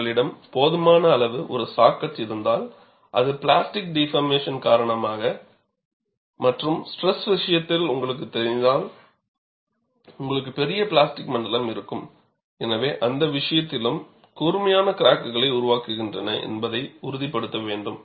உங்களிடம் போதுமான அளவு ஒரு சா கட் இருந்தால் அது பிளாஸ்டிக் டிபார்மேசன் காரணமாக மற்றும் ஸ்ட்ரெஸ் விஷயத்தில் உங்களுக்குத் தெரிந்தால் உங்களுக்கு ஒரு பெரிய பிளாஸ்டிக் மண்டலம் இருக்கும் எனவே அந்த விஷயத்திலும் கூர்மையான கிராக்குகள உருவாகின்றன என்பதை உறுதிப்படுத்த வேண்டும்